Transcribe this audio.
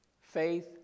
faith